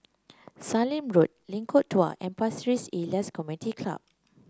Sallim Road Lengkong Dua and Pasir Ris Elias Community Club